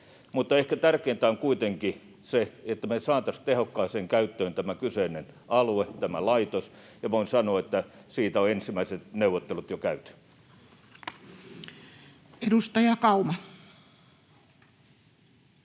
ehkä tärkeintä on kuitenkin se, että me saataisiin tehokkaaseen käyttöön tämä kyseinen alue, tämä laitos, ja voin sanoa, että siitä on ensimmäiset neuvottelut jo käyty. Edustaja Kauma.